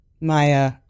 Maya